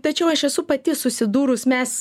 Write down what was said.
tačiau aš esu pati susidūrus mes